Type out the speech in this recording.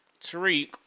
Tariq